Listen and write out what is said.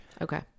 okay